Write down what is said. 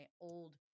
old